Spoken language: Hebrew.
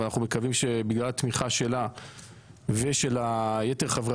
ואנחנו מקווים שבגלל התמיכה שלה ושל יתר חברי